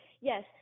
Yes